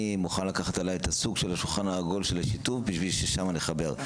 אני מוכן לקחת עלי לכנס שולחן עגול כדי ששם נחבר.